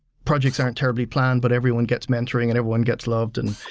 projects aren't terribly plan but everyone gets mentoring and everyone gets loved. and